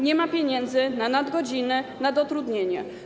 Nie ma pieniędzy na nadgodziny, na dotrudnienie.